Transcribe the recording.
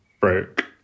broke